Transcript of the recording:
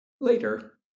Later